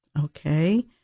Okay